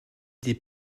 des